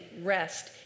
rest